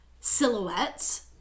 silhouettes